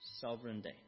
sovereignty